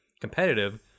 competitive